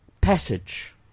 passage